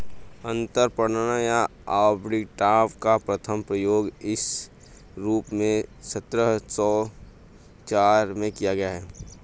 अंतरपणन या आर्बिट्राज का सर्वप्रथम प्रयोग इस रूप में सत्रह सौ चार में किया गया था